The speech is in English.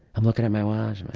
um looking at my watch. and but